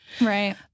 Right